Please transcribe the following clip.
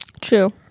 True